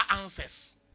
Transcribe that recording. answers